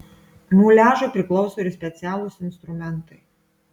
muliažui priklauso ir specialūs instrumentai